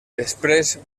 després